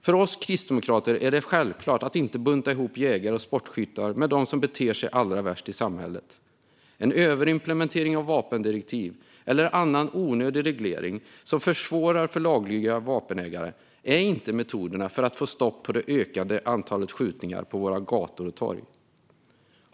För oss kristdemokrater är det självklart att inte bunta ihop jägare och sportskyttar med dem som beter sig allra värst i samhället. En överimplementering av vapendirektiv eller annan onödig reglering som försvårar för laglydiga vapenägare är inte metoden för att få stopp på det ökade antalet skjutningar på våra gator och torg.